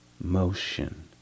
motion